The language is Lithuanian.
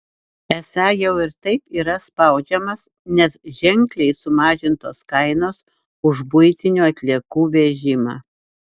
esą jau ir taip yra spaudžiamas nes ženkliai sumažintos kainos už buitinių atliekų vežimą